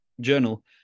journal